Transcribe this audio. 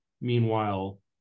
meanwhile